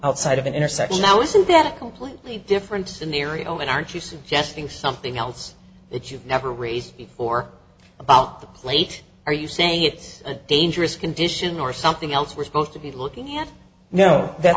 outside of an intersection now isn't that a completely different scenario and aren't you suggesting something else that you've never raised before about the plate or you say it's a dangerous condition or something else we're supposed to be looking at no that